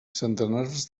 centenars